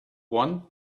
one